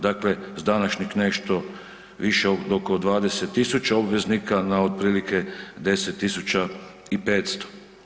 Dakle, s današnjeg nešto više od oko 20 000 obveznika na otprilike 10 500.